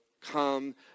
come